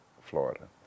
florida